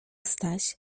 staś